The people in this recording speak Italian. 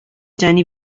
geni